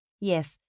Yes